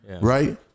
Right